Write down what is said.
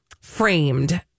framed